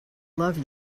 love